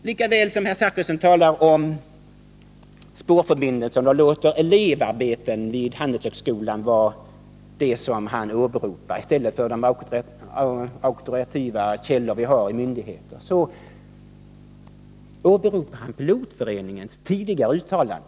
Lika väl som herr Zachrisson talar om spårarbeten och åberopar elevarbeten vid Handelshögskolan i stället för de auktoritativa källor vi har i olika myndigheter, åberopar han Pilotföreningens tidigare uttalande.